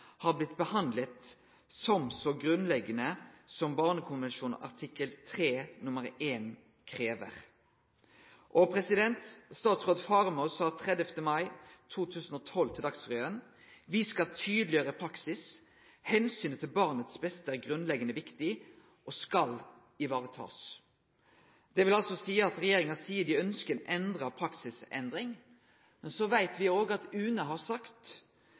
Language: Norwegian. har blitt behandlet som så grunnleggende som barnekonvensjonen artikkel 3 nr. 1 krever». Statsråd Faremo sa i Dagsrevyen 30. mai 2012: «Vi skal tydeliggjøre praksis.» Det blei også sagt at omsynet til barnet er grunnleggjande viktig og skal bli vareteke. Det vil altså seie at regjeringa seier dei ønsker ei praksisendring. Men så veit me at UNE har sagt